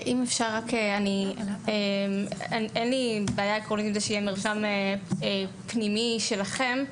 אין לי בעיה עקרונית עם זה שיהיה מרשם פנימי שלכם,